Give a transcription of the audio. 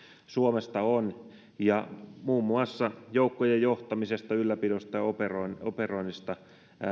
suomesta on ja muun muassa joukkojen johtamisesta ylläpidosta ja operoinnista